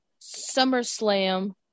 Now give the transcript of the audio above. SummerSlam